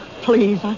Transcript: please